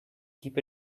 keep